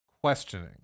questioning